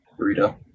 Burrito